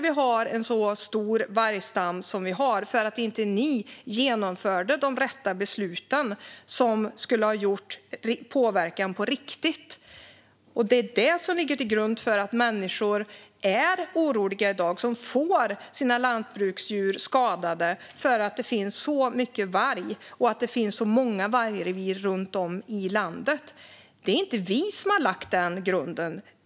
Vi har en så stor vargstam som vi har därför att Socialdemokraterna och Miljöpartiet inte fattade de rätta besluten - beslut som skulle ha påverkat på riktigt. Det är detta som ligger till grund för att människor är oroliga i dag. De får sina lantbruksdjur skadade därför att det finns så mycket varg och därför att det finns så många vargrevir runt om i landet. Det är inte vi som har lagt den grunden.